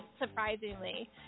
Surprisingly